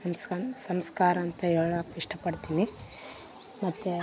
ಸಂಸ್ಕಾರ ಸಂಸ್ಕಾರ ಅಂತ ಹೇಳೋಕ್ ಇಷ್ಟ ಪಡ್ತೀನಿ ಮತ್ತು